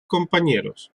compañeros